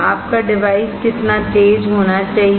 आपका डिवाइस कितना तेज़ होना चाहिए